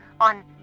on